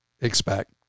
expect